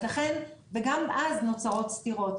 וגם אז נוצרות סתירות.